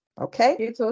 Okay